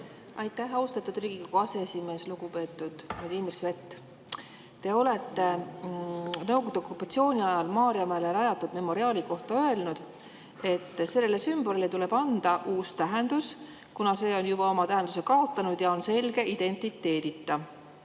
Aitäh, austatud Riigikogu aseesimees! Lugupeetud Vladimir Svet! Te olete Nõukogude Liidu okupatsiooni ajal Maarjamäele rajatud memoriaali kohta öelnud, et sellele sümbolile tuleb anda uus tähendus, kuna see on juba oma tähenduse kaotanud ja on selge identiteedita.